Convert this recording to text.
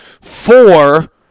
four